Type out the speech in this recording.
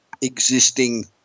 existing